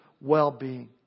well-being